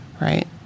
Right